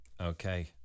Okay